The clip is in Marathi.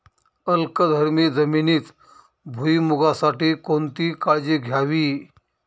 अल्कधर्मी जमिनीत भुईमूगासाठी कोणती काळजी घ्यावी?